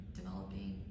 developing